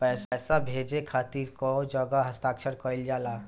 पैसा भेजे के खातिर कै जगह हस्ताक्षर कैइल जाला?